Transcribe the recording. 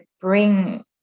bring